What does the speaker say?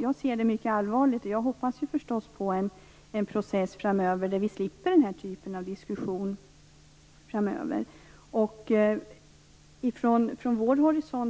Jag ser det som mycket allvarligt och hoppas förstås på en process framöver som gör att vi slipper den här typen av diskussion. Vi